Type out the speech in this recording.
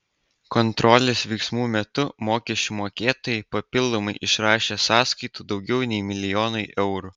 kontrolės veiksmų metu mokesčių mokėtojai papildomai išrašė sąskaitų daugiau nei milijonui eurų